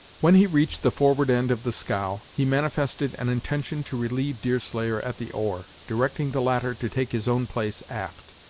when he reached the forward end of the scow, he manifested an intention to relieve deerslayer at the oar, directing the latter to take his own place aft.